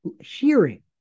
hearing